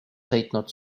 sõitnud